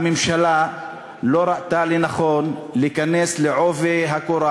הממשלה לא ראתה לנכון להיכנס בעובי הקורה